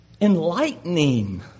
enlightening